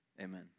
Amen